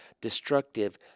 destructive